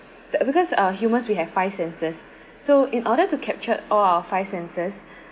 that because uh humans we have five senses so in order to capture all our five senses